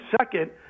second